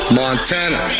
Montana